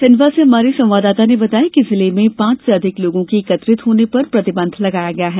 खंडवा से हमारे संवाददाता ने बताया है कि जिले में पांच से अधिक लोगों के एकत्रित होने पर प्रतिबंध लगाया गया है